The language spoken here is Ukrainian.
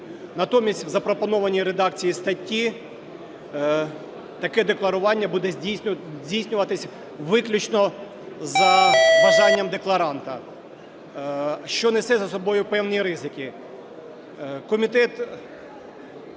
Натомість в запропонованій редакції статті таке декларування буде здійснюватися виключно за бажанням декларанта, що несе за собою певні ризики.